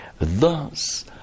thus